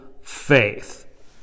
faith